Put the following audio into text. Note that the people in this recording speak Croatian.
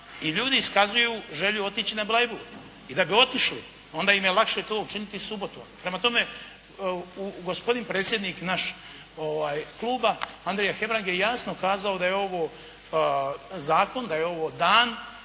i ljudi iskazuju želju otići na Bleiburg i da bi otišli onda im je lakše to učiniti subotom. Prema tome gospodin predsjednik naš kluba, Andrija Hebrang je jasno kazao da je ovo zakon, da je ovo dan